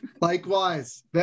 Likewise